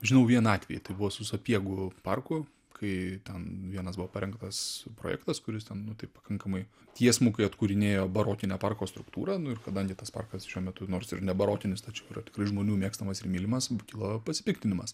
žinau vieną atvejį tai bus sapiegų parku kai ten vienas buvo parengtas projektas kuris ten nu taip pakankamai tiesmukai atkūrinėjo barokinę parko struktūrą nu ir kadangi tas parkas šiuo metu nors ir ne barokinis tačiau yra tikrai žmonių mėgstamas ir mylimas kilo pasipiktinimas